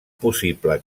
possible